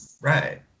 right